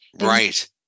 Right